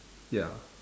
ya